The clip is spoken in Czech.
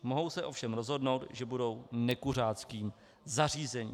Mohou se ovšem rozhodnout, že budou nekuřáckým zařízením.